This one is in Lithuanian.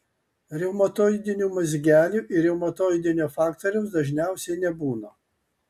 reumatoidinių mazgelių ir reumatoidinio faktoriaus dažniausiai nebūna